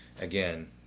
Again